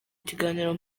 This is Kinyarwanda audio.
ikiganiro